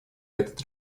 этот